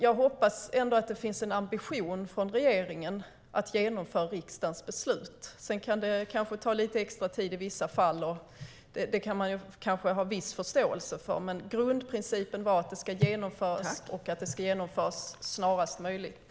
Jag hoppas alltså att det ändå finns en ambition från regeringen att genomföra riksdagens beslut. Sedan kan det kanske ta lite extra tid i vissa fall - det kan man kanske ha viss förståelse för - men grundprincipen är att beslut ska genomföras, och det snarast möjligt.